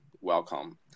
welcome